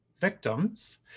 victims